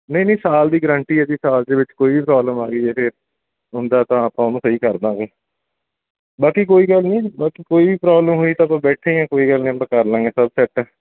ਨਹੀਂ ਨਹੀਂ ਸਾਲ ਦੀ ਗਰੰਟੀ ਇਹਦੀ ਸਾਲ ਦੇ ਵਿੱਚ ਕੋਈ ਵੀ ਪ੍ਰੋਬਲਮ ਆ ਗਈ ਇਹਦੇ ਹੁੰਦਾ ਤਾਂ ਆਪਾਂ ਉਹਨੂੰ ਸਹੀ ਕਰ ਦਾਂਗੇ ਬਾਕੀ ਕੋਈ ਗੱਲ ਨਹੀਂ ਬਾਕੀ ਕੋਈ ਵੀ ਪ੍ਰੋਬਲਮ ਹੋਈ ਤਾਂ ਆਪਾਂ ਬੈਠੇ ਹਾਂ ਕੋਈ ਗੱਲ ਨਹੀਂ ਆਪਾਂ ਕਰ ਲਾਂਗੇ ਸਭ ਸੈੱਟ